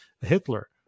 Hitler